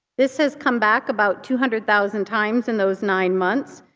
this has come back about two hundred thousand times in those nine months.